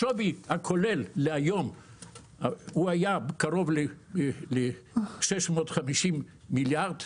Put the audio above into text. השווי הכולל היה קרוב ל-650 מיליון מיליארדים,